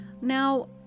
Now